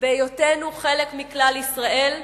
בהיותנו חלק מכלל ישראל,